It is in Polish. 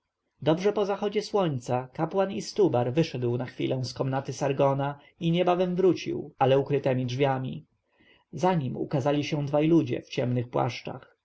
dobrze po zachodzie słońca kapłan istubar wyszedł na chwilę z komnaty sargona i niebawem wrócił ale ukrytemi drzwiami za nim ukazali się dwaj ludzie w ciemnych płaszczach